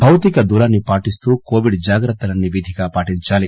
భౌతిక దూరాన్ని పాటిస్తూ కోవిడ్ జాగ్రత్తలన్స్ విధిగా పాటించాలి